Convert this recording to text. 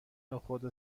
نخود